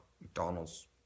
McDonald's